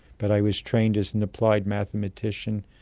but i was trained as an applied mathematician.